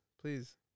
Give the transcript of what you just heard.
please